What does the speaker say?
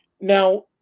Now